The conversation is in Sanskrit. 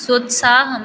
सोत्साहं